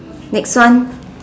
next one